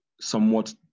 somewhat